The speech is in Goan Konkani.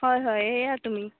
हय हय येया तुमी